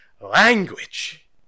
language